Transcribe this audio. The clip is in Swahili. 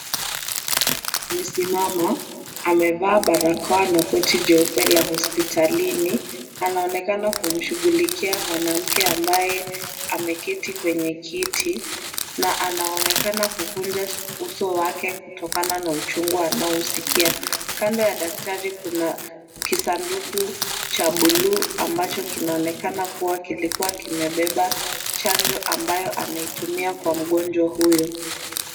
Daktari amesimama amevaa barakoa na koti jeupe la hospitalini, anaonekana kumshughulikia mwanamke ambaye ameketi kwenye kiti, na anaonekana kukunja uso wake kutokana na uchungu anaousikia, kando ya daktari kuna kisanduku cha bluu ambacho kinaonekana kuwa kilikuwa kimebeba chanjo ambayo anaitumia kwa mgonjwa huyu.